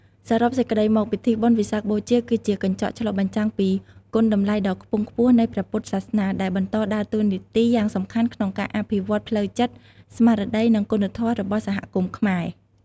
សរុបសេចក្ដីមក ពិធីបុណ្យវិសាខបូជាគឺជាកញ្ចក់ឆ្លុះបញ្ចាំងពីគុណតម្លៃដ៏ខ្ពង់ខ្ពស់នៃព្រះពុទ្ធសាសនា ដែលបន្តដើរតួនាទីយ៉ាងសំខាន់ក្នុងការអភិវឌ្ឍផ្លូវចិត្ត ស្មារតី និងគុណធម៌របស់សហគមន៍ខ្មែរ។